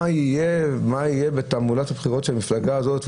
יהיה בתעמולת הבחירות של מפלגה זו או אחרת,